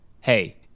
Hey